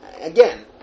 again